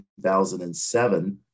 2007